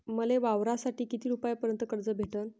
मले वावरासाठी किती रुपयापर्यंत कर्ज भेटन?